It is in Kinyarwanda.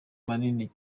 manini